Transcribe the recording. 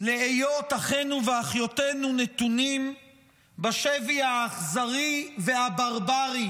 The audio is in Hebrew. להיות אחינו ואחיותינו נתונים בשבי האכזרי והברברי